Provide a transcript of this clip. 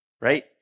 right